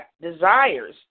desires